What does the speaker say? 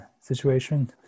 situation